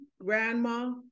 grandma